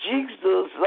Jesus